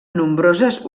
nombroses